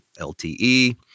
LTE